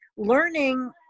learning